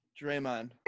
Draymond